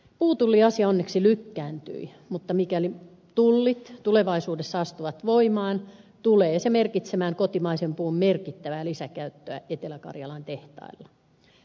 puutulliasia onneksi lykkääntyi mutta mikäli tullit tulevaisuudessa astuvat voimaan tulee se merkitsemään kotimaisen puun merkittävää lisäkäyttöä etelä karjalan tehtailla